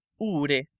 ure